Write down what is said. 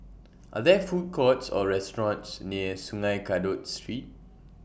Are There Food Courts Or restaurants near Sungei Kadut Street